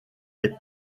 est